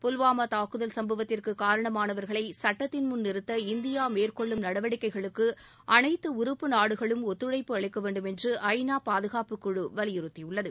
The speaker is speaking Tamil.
புல்வாமா தாக்குதல் சம்பவத்திற்கு காரணமானவர்களை சட்டத்தின்முன் நிறுத்த இந்தியா மேற்கொள்ளும் நடவடிக்கைகளுக்கு அனைத்து உறுப்பு நாடுகளும் ஒத்துழைப்பு அளிக்கவேண்டும் என்று ஐ நா பாதுகாப்பு குழு வலியுறுத்தி உள்ளது